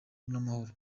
n’amahoro